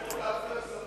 לא שומעים.